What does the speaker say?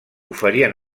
oferien